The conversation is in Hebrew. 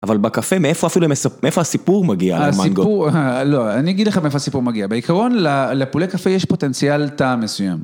אבל בקפה, מאיפה אפילו, מאיפה הסיפור מגיע על מנגו? הסיפור... לא, אני אגיד לכם מאיפה הסיפור מגיע. בעיקרון, לפולי קפה יש פוטנציאל טעם מסוים.